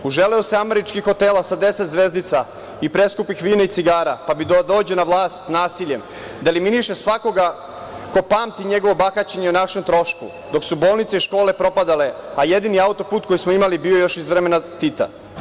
Uželeo se američkih hotela sa 10 zvezdica i preskupih vina i cigara, pa bi da dođe na vlast nasiljem, da eliminiše svakoga ko pamti njegovo bahaćenje o našem trošku, dok su bolnice i škole propadale, a jedini auto-put koji smo imali bio je još iz vremena Tita.